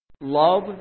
Love